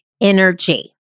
energy